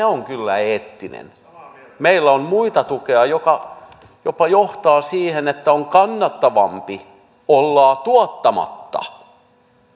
on kyllä eettinen meillä on muita tukia jotka jopa johtavat siihen että on kannattavampaa olla tuottamatta